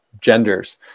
genders